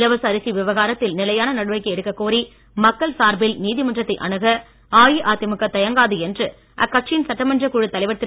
இலவச அரிசி விவகாரத்தில் நிலையான நடவடிக்கை எடுக்கக் கோரி மக்கள் சார்பில் நீதிமன்றத்தை அனுக அஇஅதிமுக தயங்காது என்று அக்கட்சியின் சட்டமன்றக் குழு தலைவர் திரு